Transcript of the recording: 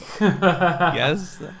Yes